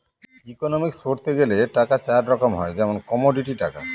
economics পড়তে গেলে টাকা চার রকম হয় যেমন কমোডিটি টাকা